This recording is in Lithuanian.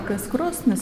kas krosnis